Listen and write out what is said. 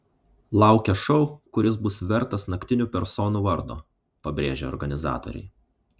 laukia šou kuris bus vertas naktinių personų vardo pabrėžė organizatoriai